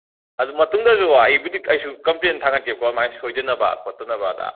ꯑꯗꯨ ꯃꯇꯨꯡꯗꯁꯨ ꯑꯩꯕꯨꯗꯤ ꯑꯩꯁꯨ ꯀꯝꯄ꯭ꯂꯦꯟ ꯊꯥꯒꯠꯀꯦꯀꯣ ꯑꯗꯨꯃꯥꯏꯅ ꯁꯣꯏꯗꯅꯕ ꯈꯣꯠꯇꯅꯕ ꯑꯥꯗ